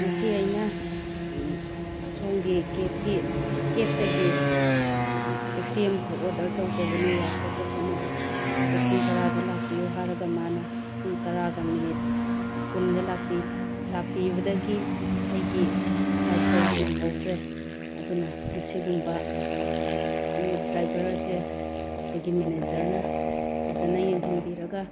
ꯉꯁꯤ ꯑꯩꯅ ꯁꯣꯝꯒꯤ ꯀꯦꯞꯀꯤ ꯀꯦꯞꯇꯒꯤ ꯇꯦꯛꯁꯤ ꯑꯃꯈꯛ ꯑꯣꯗꯔ ꯇꯧꯖꯕꯅꯤ ꯑꯦꯌꯥꯔꯄꯣꯔꯠꯇ ꯆꯠꯅꯕ ꯑꯗꯣ ꯄꯨꯡ ꯇꯔꯥꯗ ꯂꯥꯛꯄꯤꯌꯣ ꯍꯥꯏꯔꯒ ꯃꯥꯅ ꯄꯨꯡ ꯇꯔꯥꯒ ꯃꯤꯅꯤꯠ ꯀꯨꯟꯗ ꯂꯥꯛꯄꯤ ꯂꯥꯛꯄꯤꯕꯗꯒꯤ ꯑꯩꯒꯤ ꯐ꯭ꯂꯥꯏꯠꯇꯣ ꯅꯪꯍꯧꯗ꯭ꯔꯦ ꯑꯗꯨꯅ ꯃꯁꯤꯒꯨꯝꯕ ꯗ꯭ꯔꯥꯏꯚꯔ ꯑꯁꯦ ꯑꯩꯈꯣꯏꯒꯤ ꯃꯦꯅꯦꯖꯔꯅ ꯐꯖꯅ ꯌꯦꯡꯁꯤꯟꯕꯤꯔꯒ